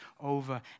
over